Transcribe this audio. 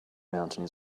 mountain